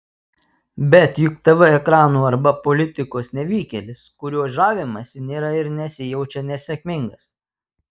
bet juk tv ekranų arba politikos nevykėlis kuriuo žavimasi nėra ir nesijaučia nesėkmingas